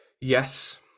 Yes